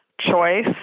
choice